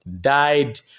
died